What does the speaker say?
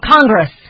Congress